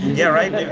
yeah right?